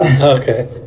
Okay